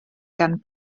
gan